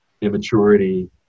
immaturity